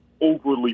overly